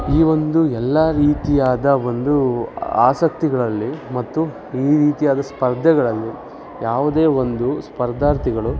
ಈ ಒಂದು ಎಲ್ಲ ರೀತಿಯಾದ ಒಂದು ಆಸಕ್ತಿಗಳಲ್ಲಿ ಮತ್ತು ಈ ರೀತಿಯಾದ ಸ್ಪರ್ಧೆಗಳಲ್ಲಿ ಯಾವುದೇ ಒಂದು ಸ್ಪರ್ಧಾರ್ಥಿಗಳು